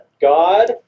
God